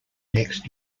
next